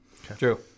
True